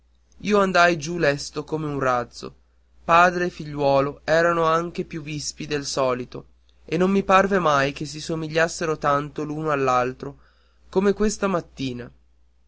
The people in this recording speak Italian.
io andai giù lesto come un razzo padre e figliuolo erano anche più vispi del solito e non mi parve mai che si somigliassero tanto l'uno all'altro come questa mattina